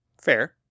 fair